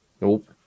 Nope